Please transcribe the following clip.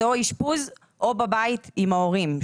זה או אשפוז או בבית עם ההורים,